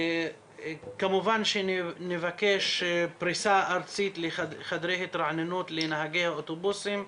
כמובן שנבקש פריסה ארצית לחדרי התרעננות לנהגי האוטובוסים.